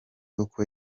uko